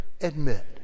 Admit